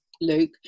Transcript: Luke